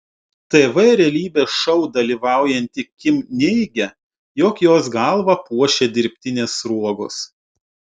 tv realybės šou dalyvaujanti kim neigia jog jos galvą puošia dirbtinės sruogos